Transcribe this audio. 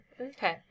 Okay